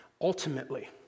ultimately